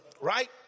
right